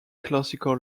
classical